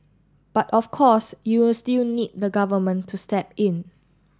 but of course you'll still need the Government to step in